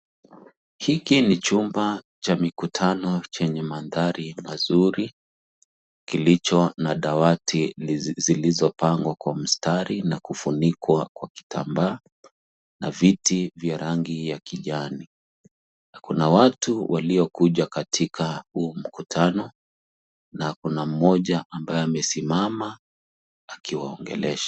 Hiki ni chumba cha mikutano chenye mandhari mazuri. Kilicho na dawati zili zilizopangwa kwa mstari na kufunikwa kwa kitambaa, na viti vya rangi ya kijani. Na kuna watu walikuja katika huu mkutano, na kuna mmoja ambaye aliyesimama akiwaongelesha.